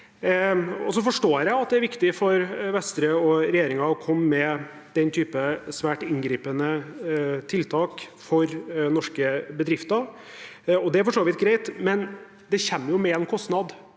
Jeg forstår at det er viktig for Vestre og regjeringen å komme med den typen svært inngripende tiltak for norske bedrifter. Det er for så vidt greit, men det kommer jo med en kostnad,